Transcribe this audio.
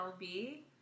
LB